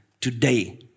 today